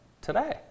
today